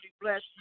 bless